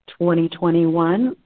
2021